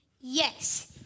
Yes